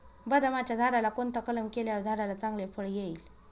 बदामाच्या झाडाला कोणता कलम केल्यावर झाडाला चांगले फळ येईल?